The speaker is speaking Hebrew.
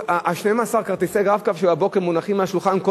12 כרטיסי ה"רב-קו" של הבוקר מונחים על השולחן,